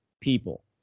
people